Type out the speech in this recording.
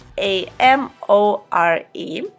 A-M-O-R-E